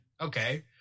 Okay